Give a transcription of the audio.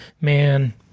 man